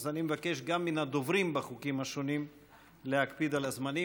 אז אני מבקש גם מן הדוברים בחוקים השונים להקפיד על הזמנים,